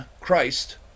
Christ